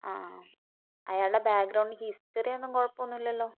ആ അയാളുടെ ബാക്ക്ഗ്രൗണ്ട് ഹിസ്റ്ററിയൊന്നും കുഴപ്പമൊന്നുമില്ലല്ലോ